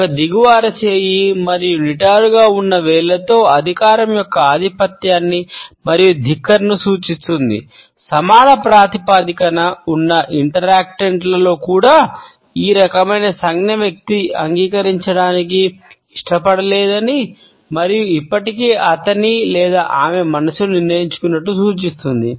ఒక దిగువ అరచేయీ కూడా ఈ రకమైన సంజ్ఞ వ్యక్తి అంగీకరించడానికి ఇష్టపడలేదని మరియు ఇప్పటికే అతని లేదా ఆమె మనస్సును నిర్ణయించుకున్నట్లు సూచిస్తుంది